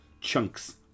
chunks